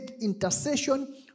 intercession